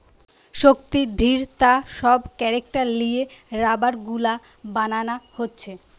শক্তি, দৃঢ়তা সব ক্যারেক্টার লিয়ে রাবার গুলা বানানা হচ্ছে